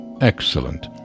Excellent